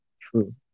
true